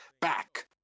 back